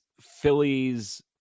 Phillies